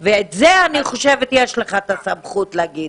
אני חושבת שבזה יש לך את הסמכות להגיד.